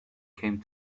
came